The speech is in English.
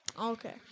Okay